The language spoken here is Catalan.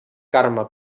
carme